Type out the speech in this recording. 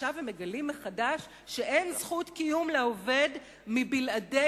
עכשיו הם מגלים מחדש שאין זכות קיום לעובד בלעדי